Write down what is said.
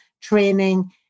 training